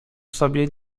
sobie